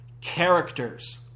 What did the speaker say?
characters